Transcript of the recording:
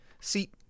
See